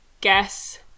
guess